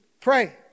pray